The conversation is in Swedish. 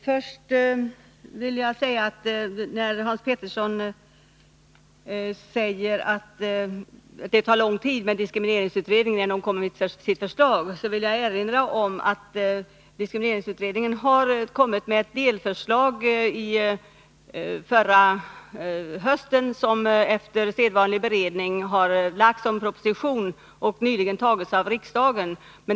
Herr talman! När Hans Pettersson i Helsingborg säger att det tar lång tid innan diskrimineringsutredningen kommer med förslag, vill jag erinra om att utredningen kom med ett delförslag förra hösten. Det förslaget har efter sedvanlig beredning lagts fram som proposition och har nyligen antagits av riksdagen.